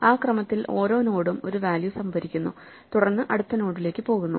ആ ക്രമത്തിൽ ഓരോ നോഡും ഒരു വാല്യൂ സംഭരിക്കുന്നു തുടർന്ന് അടുത്ത നോഡിലേക്കു പോകുന്നു